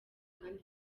kandi